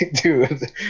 dude